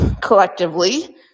collectively